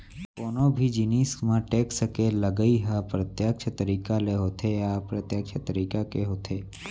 कोनो भी जिनिस म टेक्स के लगई ह प्रत्यक्छ तरीका ले होथे या अप्रत्यक्छ तरीका के होथे